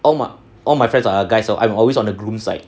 all my all my friends are guys so I'm always on the groom's side